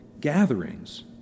gatherings